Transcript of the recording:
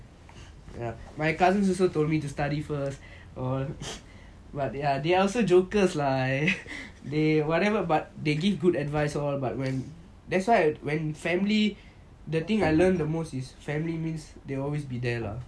my cousins also told me to study first but ya they are also jokers lah they whatever but they give good advice all but when that's why when family the thing I learned the most is family means they will always be there lah for you